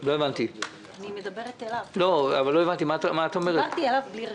אני מדברת אליו בלי רשות.